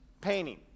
painting